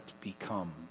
become